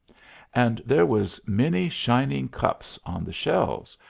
and there was many shining cups on the shelves,